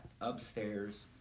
upstairs